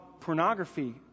pornography